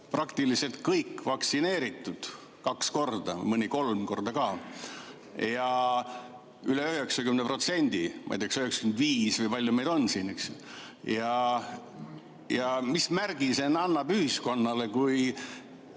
praktiliselt kõik vaktsineeritud kaks korda, mõni kolm korda ka – üle 90%, ma ei tea, 95% või kui palju meil on siin. Mis märgi see annab ühiskonnale